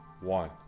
one